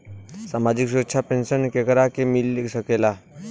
सामाजिक सुरक्षा पेंसन केकरा के मिल सकेला?